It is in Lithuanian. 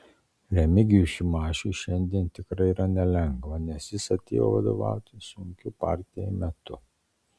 remigijui šimašiui šiandien tikrai yra nelengva nes jis atėjo vadovauti sunkiu partijai metu